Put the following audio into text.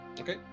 Okay